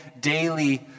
daily